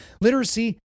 literacy